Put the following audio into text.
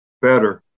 better